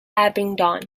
abingdon